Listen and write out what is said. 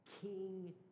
King